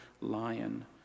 lion